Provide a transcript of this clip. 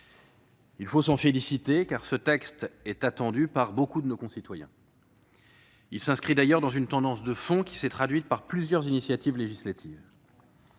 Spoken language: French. Il faut nous en féliciter, car ce texte est attendu par beaucoup de nos concitoyens. Il s'inscrit d'ailleurs dans une tendance de fond, qui s'est traduite par plusieurs initiatives législatives.